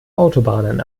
autobahnen